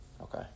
Okay